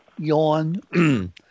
yawn